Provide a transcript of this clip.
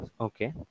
okay